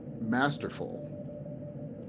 masterful